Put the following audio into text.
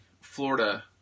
Florida